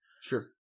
sure